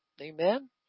Amen